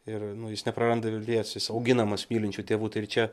ir nu jis nepraranda vilties jis auginamas mylinčių tėvų tai ir čia